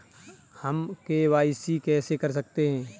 हम के.वाई.सी कैसे कर सकते हैं?